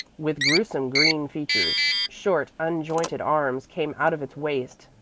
with gruesome green features. short, unjointed arms came out of its waist,